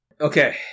okay